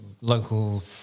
local